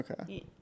okay